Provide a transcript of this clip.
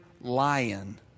lion